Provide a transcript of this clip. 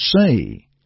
say